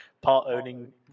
part-owning